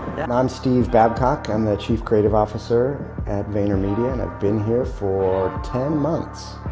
and i'm steve babcock. i'm the chief credit officer at vaynermedia and i've been here for ten months.